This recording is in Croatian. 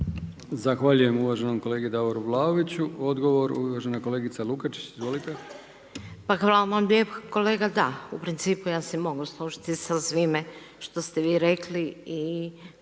Zahvaljujem uvaženom kolegi Davoru Vlaoviću. Odgovor uvažena kolegica Lukačić. Izvolite. **Lukačić, Ljubica (HDZ)** Pa hvala vam kolega, da, u principu ja se mogu složiti sa svime što ste vi rekli i